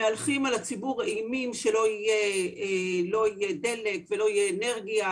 מהלכים על הציבור אימים שלא יהיה דלק ולא תהיה אנרגיה,